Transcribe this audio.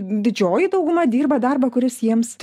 didžioji dauguma dirba darbą kuris jiems